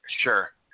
Sure